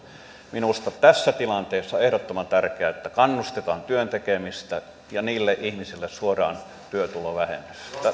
minusta tässä tilanteessa on ehdottoman tärkeää että kannustetaan työn tekemistä ja niille ihmisille suodaan työtulovähennys